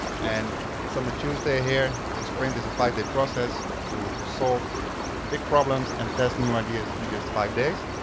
and it's on the tuesday here. this sprint is a five day process to solve big problems and test new ideas in just five days.